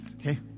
Okay